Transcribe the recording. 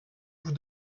vous